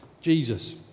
Jesus